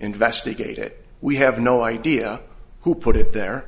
investigate it we have no idea who put it there